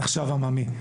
הספורט נחשב עממי.